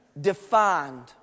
defined